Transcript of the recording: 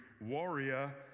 warrior